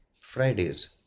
Fridays